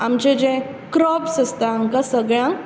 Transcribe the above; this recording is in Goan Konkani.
आमचे जे क्रोप्स आसता हांकां सगळ्यांक